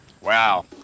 Wow